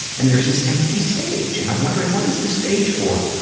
and there's this empty stage. and i'm wondering, what is this stage for?